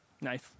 Nice